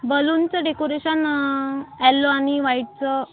बलूनचं decoration yellow आणि व्हाईटचं